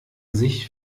sich